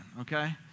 okay